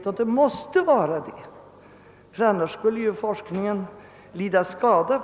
Så måste det också vara, ty annars skulle ju forskningen lida skada.